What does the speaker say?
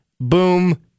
boom